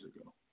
ago